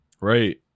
Right